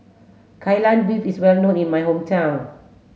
Kai Lan Beef is well known in my hometown